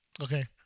Okay